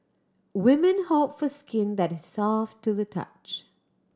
women hope for skin that is soft to the touch